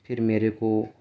پھر میرے کو